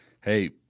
hey